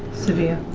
severe?